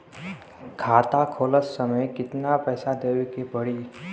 खाता खोलत समय कितना पैसा देवे के पड़ी?